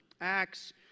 Acts